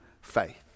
faith